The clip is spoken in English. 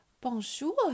Bonjour